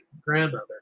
grandmother